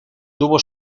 tuvo